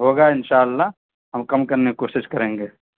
ہوگا ان شاء اللہ ہم کم کرنے کی کوشش کریں گے